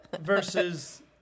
Versus